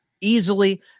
easily